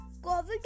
Covid